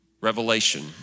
Revelation